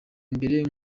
mbere